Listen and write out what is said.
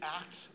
act